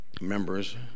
members